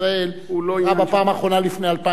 אירע בפעם האחרונה לפני 2,500 שנה.